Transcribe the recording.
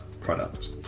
product